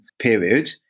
period